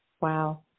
Wow